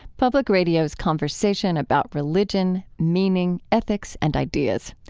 public radio's conversation about religion, meaning, ethics, and ideas.